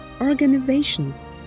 organizations